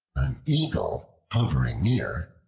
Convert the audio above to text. eagle, hovering near,